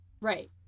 Right